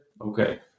Okay